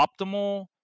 optimal